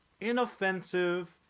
inoffensive